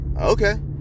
okay